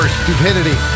stupidity